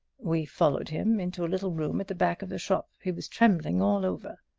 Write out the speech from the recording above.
we followed him into a little room at the back of the shop. he was trembling all over.